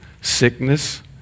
sickness